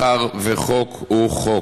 חוק הוא חוק."